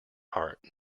heart